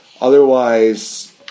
Otherwise